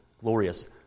glorious